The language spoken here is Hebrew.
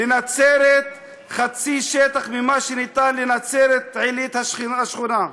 לנצרת חצי שטח ממה שניתן לנצרת-עילית השכנה,